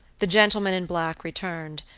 the gentleman in black returned,